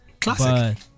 Classic